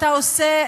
שאתה עושה,